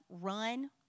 run